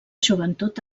joventut